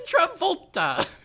Travolta